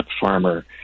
farmer